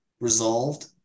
resolved